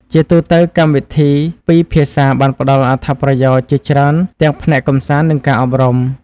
ជាទូទៅ កម្មវិធីពីរភាសាបានផ្តល់អត្ថប្រយោជន៍ជាច្រើនទាំងផ្នែកកម្សាន្តនិងការអប់រំ។